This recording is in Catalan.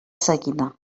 seguida